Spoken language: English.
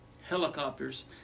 helicopters